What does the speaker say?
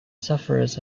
sufferers